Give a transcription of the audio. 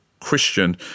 Christian